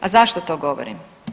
A zašto to govorim?